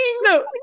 no